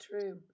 true